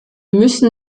müssen